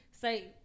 say